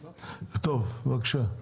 טוב, בבקשה.